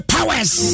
Powers